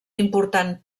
important